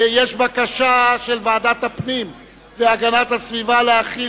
אני קובע שדין רציפות יחול על חוק לתיקון